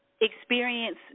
experience